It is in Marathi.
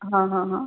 हा हा हा